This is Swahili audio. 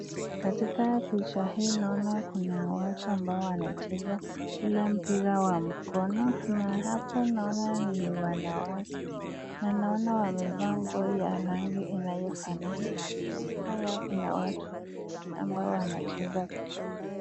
Katika picha hii naona kuna watu ambao wanacheza ule mpira wa mikono na hapo naona ni wanawake na naona wamevaa nguo ya rangi inayofanana na nyuma yao kuna watu wengine wanaocheza pia.